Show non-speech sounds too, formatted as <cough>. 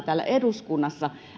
<unintelligible> täällä eduskunnassa